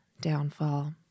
Downfall